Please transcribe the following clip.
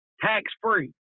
tax-free